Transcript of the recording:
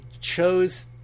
chose